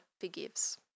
forgives